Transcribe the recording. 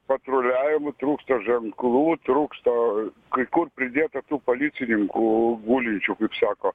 patruliavimo trūksta ženklų trūksta kai kur pridėta tų policininkų gulinčių kaip sako